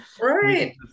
right